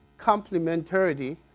complementarity